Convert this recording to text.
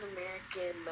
American